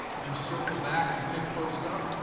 you circle back, you pick folks up,